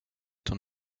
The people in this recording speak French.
ton